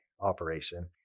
operation